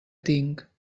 tinc